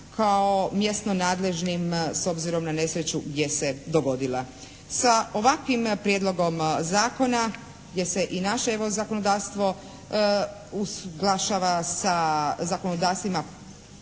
kao mjesno nadležnim s obzirom na nesreću gdje se dogodila. Sa ovakvim Prijedlogom zakona, gdje se i naše evo zakonodavstvo usaglašava sa zakonodavstvima